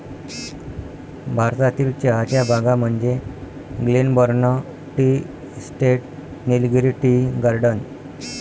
भारतातील चहाच्या बागा म्हणजे Glenburn tea estate, Nilgiri tea garden